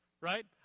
Right